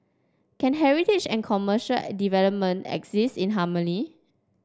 can heritage and commercial development exist in harmony